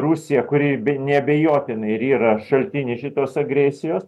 rusiją kuri neabejotinai ir yra šaltinis šitos agresijos